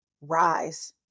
rise